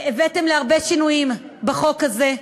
הבאתם להרבה שינויים בחוק הזה.